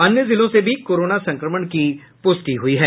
अन्य जिलों से भी कोरोना संक्रमण की पुष्टि हुई है